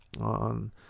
On